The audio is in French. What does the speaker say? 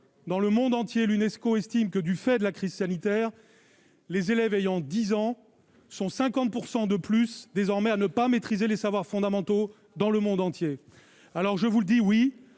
dans le monde entier l'UNESCO estime que, du fait de la crise sanitaire, les élèves ayant 10 ans sont 50 % de plus désormais à ne pas maîtriser les savoirs fondamentaux dans le monde entier, alors je vous le dis, oui,